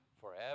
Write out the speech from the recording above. forever